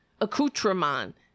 accoutrement